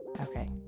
Okay